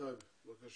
חבר הכנסת טייב, בבקשה.